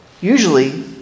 usually